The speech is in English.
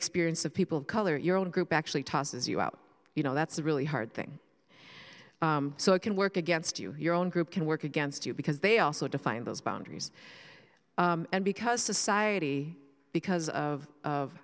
experience of people of color your own group actually tosses you out you know that's a really hard thing so it can work against you your own group can work against you because they also define those boundaries and because society because of